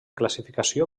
classificació